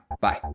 bye